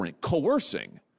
coercing